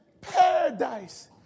paradise